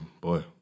boy